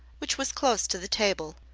which was close to the table,